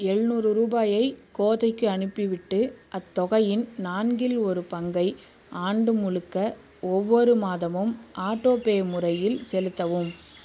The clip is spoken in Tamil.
எழுநூறு ரூபாயை கோதைக்கு அனுப்பிவிட்டு அத்தொகையின் நான்கில் ஒரு பங்கை ஆண்டு முழுக்க ஒவ்வொரு மாதமும் ஆட்டோபே முறையில் செலுத்தவும்